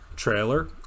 Trailer